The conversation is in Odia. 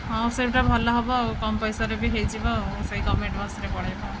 ହଁ ସେଇଟା ଭଲ ହେବ ଆଉ କମ୍ ପଇସାରେ ବି ହୋଇଯିବ ଆଉ ସେହି ଗଭର୍ଣ୍ଣମେଣ୍ଟ୍ ବସ୍ରେ ପଳାଇବା ଆଉ